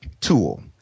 tool